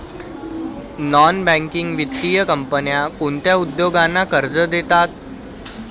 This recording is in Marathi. नॉन बँकिंग वित्तीय कंपन्या कोणत्या उद्योगांना कर्ज देतात?